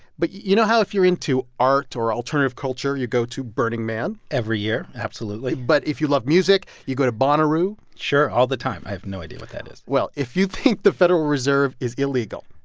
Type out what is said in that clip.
but you know how if you're into art or alternative culture you go to burning man? every year. absolutely but if you love music, you go to bonnaroo? sure, all the time. i have no idea what that is well, if you think the federal reserve is illegal,